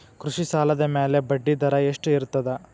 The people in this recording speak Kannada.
ಕೃಷಿ ಸಾಲದ ಮ್ಯಾಲೆ ಬಡ್ಡಿದರಾ ಎಷ್ಟ ಇರ್ತದ?